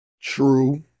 true